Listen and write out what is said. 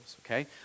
okay